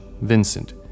vincent